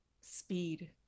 Speed